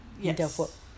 Yes